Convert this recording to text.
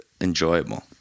enjoyable